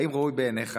האם ראוי בעיניך